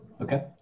okay